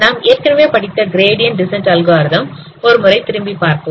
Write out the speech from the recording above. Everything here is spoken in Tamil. நாம் ஏற்கனவே படித்த கிரேடியன் டிசன்ட் அல்காரிதம் ஒரு முறை திரும்பிப் பார்ப்போம்